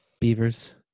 Beavers